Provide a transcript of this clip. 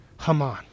Haman